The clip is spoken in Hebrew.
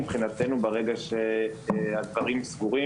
מבחינתנו ברגע שהדברים סגורים,